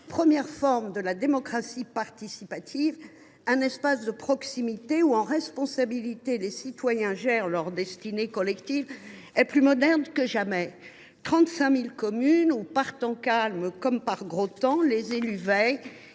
première forme de la démocratie participative, espace de proximité au sein duquel, en responsabilité, les citoyens gèrent leur destinée collective, est plus moderne que jamais. Dans ces 35 000 communes, par temps calme comme par gros temps, les élus veillent,